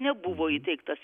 nebuvo įteiktas